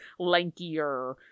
lankier